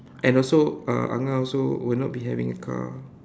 and also uh angah also will not be having a car